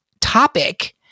topic